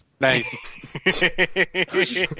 Nice